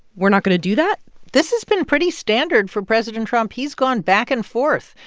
we're not going to do that this has been pretty standard for president trump. he's gone back-and-forth.